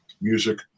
music